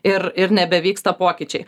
ir ir nebevyksta pokyčiai